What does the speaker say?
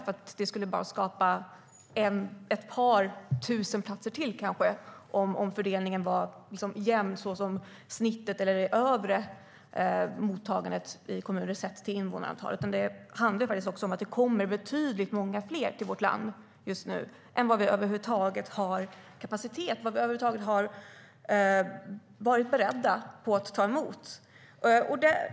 Det skulle kanske bara skapa ett par tusen platser till om fördelningen var jämn, såsom det övre mottagandet i kommuner sätts i förhållande till invånarantalet. Det handlar om att det kommer betydligt många fler till vårt land just nu än vad vi över huvud taget har kapacitet för och varit beredda på att ta emot.